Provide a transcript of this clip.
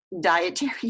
dietary